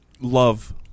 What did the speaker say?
love